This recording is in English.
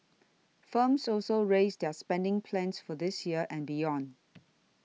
firms also raised their spending plans for this year and beyond